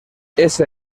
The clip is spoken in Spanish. ése